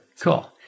Cool